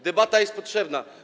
Debata jest potrzebna.